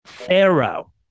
Pharaoh